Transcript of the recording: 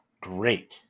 Great